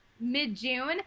mid-June